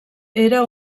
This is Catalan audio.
era